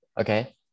Okay